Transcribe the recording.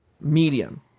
medium